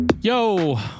Yo